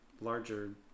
larger